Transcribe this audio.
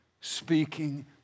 speaking